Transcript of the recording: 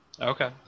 Okay